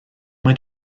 mae